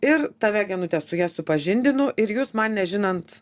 ir tave genute su ja supažindinu ir jūs man nežinant